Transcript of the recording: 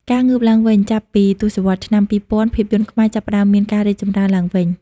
ការងើបឡើងវិញ ចាប់ពីទសវត្សរ៍ឆ្នាំ២០០០ ភាពយន្តខ្មែរចាប់ផ្ដើមមានការរីកចម្រើនឡើងវិញ។